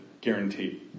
guaranteed